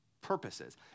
purposes